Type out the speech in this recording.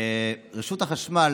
רשות החשמל